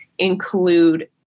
include